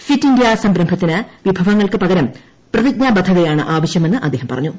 fit India സംരംഭത്തിന് വിഭവങ്ങൾക്ക് പകരം പ്രതിജ്ഞാബദ്ധതയാണ് ആവശ്യമെന്ന് അദ്ദേഹം പറഞ്ഞു